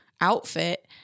outfit